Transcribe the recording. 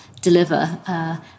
deliver